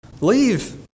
Leave